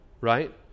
right